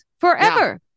forever